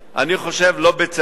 אני חושב שלא בצדק,